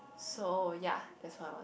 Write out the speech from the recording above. so ya that what I want